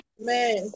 Amen